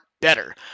better